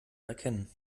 erkennen